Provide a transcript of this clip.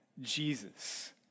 Jesus